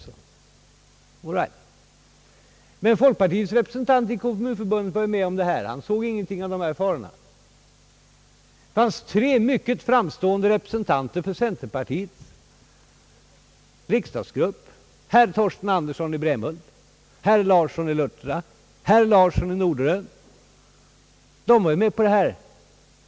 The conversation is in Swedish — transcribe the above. All right, men folkpartiets representant i Kommunförbundet var med om detta. Han såg ingenting av dessa faror. Det fanns tre mycket framstående representanter för centerpartiets riksdagsgrupp: herr Torsten Andersson i Brämhult, herr Larsson i Luttra och herr Larsson i Norderön. De var med på förslaget.